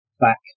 back